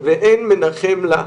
ואין מנחם לה.